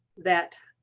that,